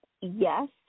Yes